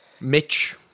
Mitch